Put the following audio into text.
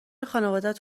خانوادت